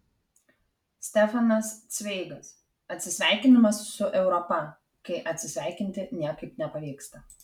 stefanas cveigas atsisveikinimas su europa kai atsisveikinti niekaip nepavyksta